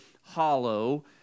hollow